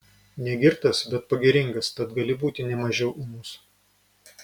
negirtas bet pagiringas tad gali būti ne mažiau ūmus